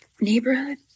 neighborhood